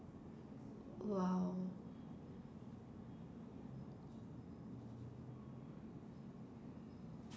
!wow!